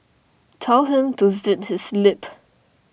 tell him to zip his lip